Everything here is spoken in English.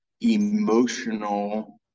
emotional